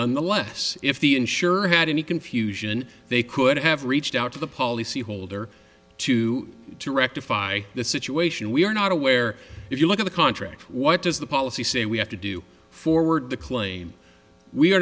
nonetheless if the insurer had any confusion they could have reached out to the policyholder to to rectify the situation we are not aware if you look at the contract what does the policy say we have to do forward the claim we are